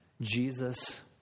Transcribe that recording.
Jesus